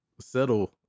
settle